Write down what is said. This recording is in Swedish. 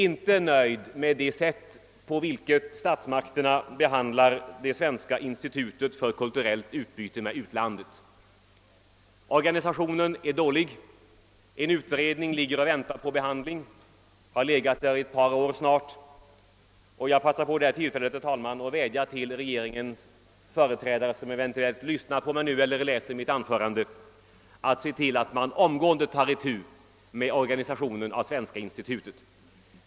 Det gäller det sätt på vilket statsmakterna behandlar Svenska institutet för kulturellt utbyte med utlandet. Organisationen är dålig. En utredning har i snart ett par år legat och väntat på behandling. Jag passar på detta tillfälle, herr talman, att vädja till regeringens företrädare, som eventuellt lyssnar nu eller sedermera läser mitt anförande, att se till att man omgående tar itu med organisationen av Svenska institutet.